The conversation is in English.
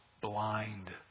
blind